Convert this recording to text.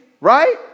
Right